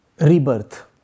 rebirth